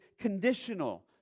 conditional